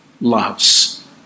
loves